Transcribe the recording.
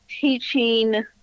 teaching